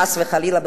חס וחלילה,